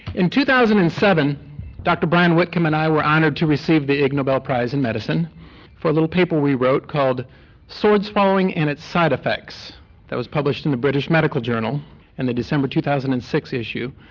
in two thousand and seven dr brian witcombe and i were honoured to receive the ig nobel prize in medicine for a little paper we wrote called sword swallowing and its side effects that was published in the british medical journal in the december two thousand and six issue,